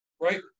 Right